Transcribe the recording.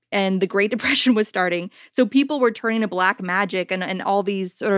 and the great depression was starting. so people were turning to black magic and and all these sort of